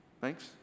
Thanks